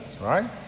right